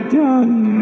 done